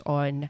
on